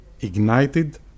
ignited